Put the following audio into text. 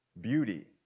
beauty